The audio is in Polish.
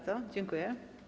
Dziękuję.